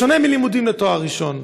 בשונה מהלימודים לתואר ראשון.